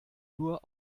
nur